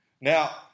Now